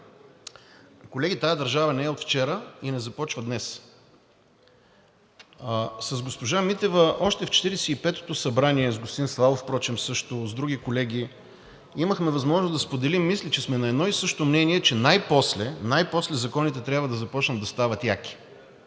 Колеги, тази държава не е от вчера и не започва днес. С госпожа Митева още в 45-ото събрание, с господин Славов впрочем също, с други колеги имахме възможност да споделим мисли, че сме на едно и също мнение, че най-после законите трябва да започнат да стават яки